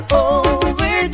over